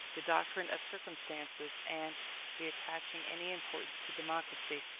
the doctrine of circumstances, and the attaching any importance to democracy,